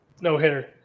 no-hitter